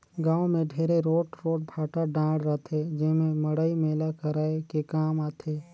गाँव मे ढेरे रोट रोट भाठा डाँड़ रहथे जेम्हे मड़ई मेला कराये के काम आथे